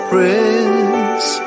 Prince